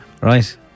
Right